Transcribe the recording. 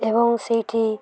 ଏବଂ ସେଇଠି